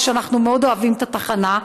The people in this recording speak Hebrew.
אנחנו מאוד אוהבים את התחנה,